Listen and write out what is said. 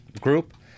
group